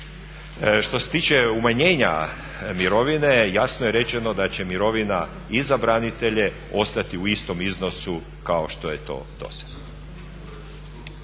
Što se tiče umanjenja mirovine jasno je rečeno da će mirovina i za branitelje ostati u istom iznosu kao što je to dosad.